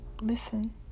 listen